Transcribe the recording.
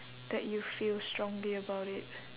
that you feel strongly about it